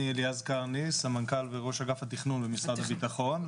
אני סמנכ"ל וראש אגף התכנון במשרד הביטחון,